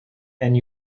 and